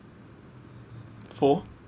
four